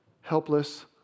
helpless